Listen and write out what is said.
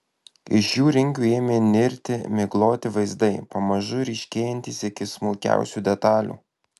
iš jų ringių ėmė nirti migloti vaizdai pamažu ryškėjantys iki smulkiausių detalių